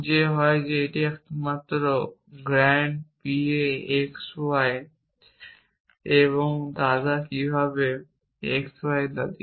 যে হয় আপনি একজন গ্র্যান্ড pa x y এর দাদা কিভাবে x y এর দাদী